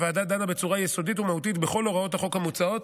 הוועדה דנה בצורה יסודית ומהותית בכל הוראות החוק המוצעות,